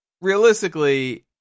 Realistically